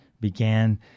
began